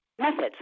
methods